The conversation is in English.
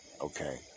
Okay